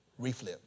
Reflip